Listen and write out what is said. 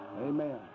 Amen